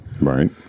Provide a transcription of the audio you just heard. Right